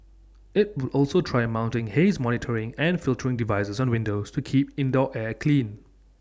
IT will also try mounting haze monitoring and filtering devices on windows to keep indoor air clean